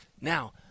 Now